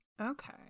Okay